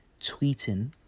tweeting